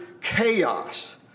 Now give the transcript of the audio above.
chaos